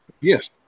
Yes